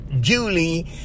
Julie